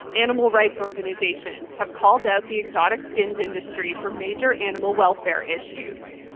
animal rights organizations have called out the exotic skins industry for major animal welfare issues.